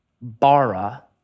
bara